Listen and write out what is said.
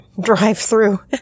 drive-through